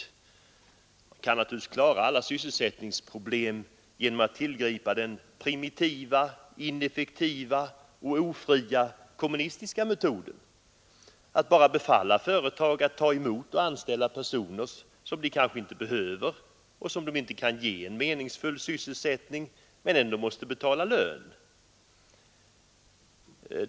Man kan naturligtvis klara alla sysselsättningsproblem genom att tillgripa den primitiva, ineffektiva och ofria kommunistiska metoden att bara befalla företag att ta emot och anställa folk som de kanske inte behöver och som de inte kan ge en meningsfull sysselsättning men ändå måste betala lön till.